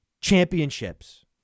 championships